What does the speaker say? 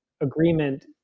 agreement